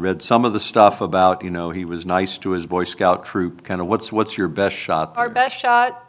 read some of the stuff about you know he was nice to his boy scout troop kind of what's what's your best shot our best shot